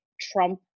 Trump